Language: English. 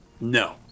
No